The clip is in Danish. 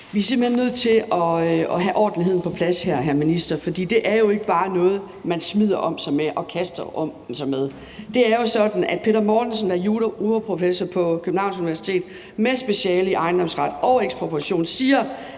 Vi er simpelt hen nødt til at have ordentligheden på plads her, hr. minister, for det er jo ikke bare noget, man smider om sig med og kaster om sig med. Det er jo sådan, at Peter Mortensen, som er juraprofessor på Københavns Universitet med speciale i ejendomsret og ekspropriation, siger,